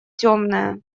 темное